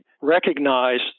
recognize